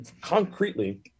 concretely